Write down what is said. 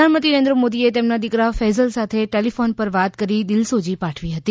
પ્રધાનમંત્રી નરેન્દ્ર મોદી એ તેમના દીકરા ફૈઝલ સાથે ટેલિફોન પર વાત કરી દિલસોજી પાઠવી હતી